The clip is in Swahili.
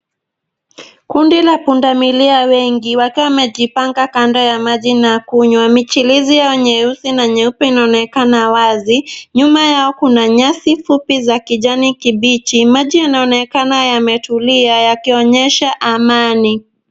Kundi la pundamilia wengi wakiwa wanejipanga kando ya maji na kunywa. Pia nyeusi na nyeupe inaonekana wazi. Nyuma yao kuna nyasi fupi za kijani kibichi. Maji yanaonekana yametukis yakionyesha amani.